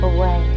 Away